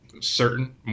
certain